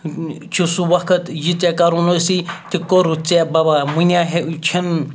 چھُ سُہ وقت یہِ ژےٚ کَرُن اوسے تہِ کوٚرُتھ ژےٚ بَبا وۄنۍ چھِنہٕ